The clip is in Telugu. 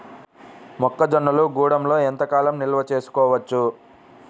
మొక్క జొన్నలు గూడంలో ఎంత కాలం నిల్వ చేసుకోవచ్చు?